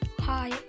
Hi